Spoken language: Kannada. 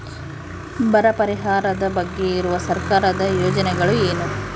ಬರ ಪರಿಹಾರದ ಬಗ್ಗೆ ಇರುವ ಸರ್ಕಾರದ ಯೋಜನೆಗಳು ಏನು?